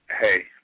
Hey